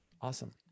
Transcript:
Awesome